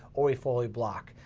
or we fully block.